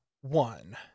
one